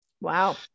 Wow